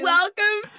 Welcome